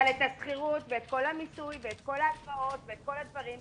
אבל את השכירות ואת המיסוי ואת כל ההוצאות כן ספגתי.